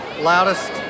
Loudest